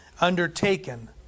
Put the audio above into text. undertaken